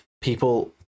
people